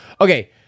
Okay